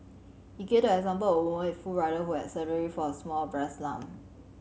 he gave the example of a woman with full rider who had surgery for a small breast lump